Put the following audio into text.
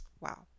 Wow